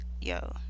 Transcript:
Yo